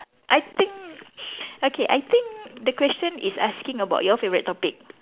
I think okay I think the question is asking about your favourite topic